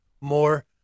more